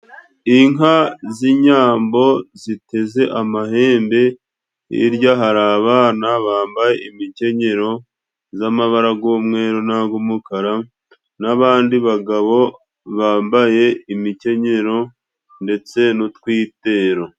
Inka z'inyambo ziteze amahembe hirya hari abana bambaye imikenyero z'amabara g'umweru nag'umukara n'abandi bagabo bambaye imikenyero ndetse n'utwitero.